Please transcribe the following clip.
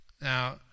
Now